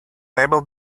able